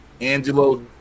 Angelo